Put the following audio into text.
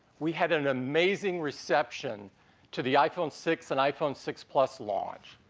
we had an amazing reception to the iphone six and iphone six plus launch.